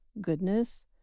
goodness